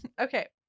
Okay